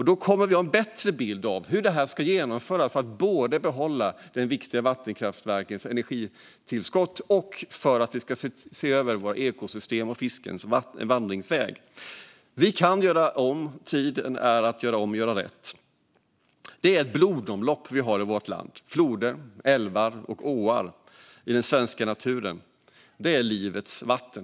Då kommer vi att ha en bättre bild av hur detta ska genomföras så att vi både kan behålla den viktiga vattenkraftens energitillskott och se över våra ekosystem och fiskens vandringsvägar. Det är nu tid att göra om och göra rätt. Det är ett blodomlopp vi har i vårt land - floder, älvar och åar i den svenska naturen. Det är livets vatten.